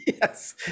Yes